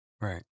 Right